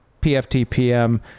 PFTPM